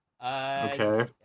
Okay